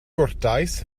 gwrtais